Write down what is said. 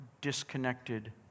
disconnected